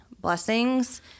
blessings